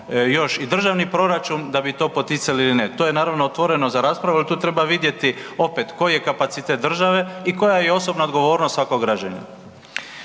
još i državni proračun da bi to poticali ili ne. To je naravno otvoreno za raspravu jer tu treba vidjeti opet koji je kapacitet države i koja je osobna odgovornost svakog građanina.